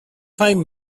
find